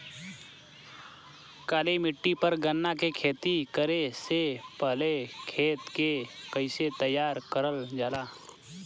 काली मिट्टी पर गन्ना के खेती करे से पहले खेत के कइसे तैयार करल जाला?